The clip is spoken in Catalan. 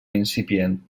incipient